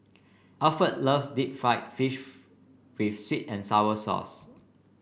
Alford loves Deep Fried Fish with sweet and sour sauce